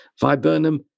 Viburnum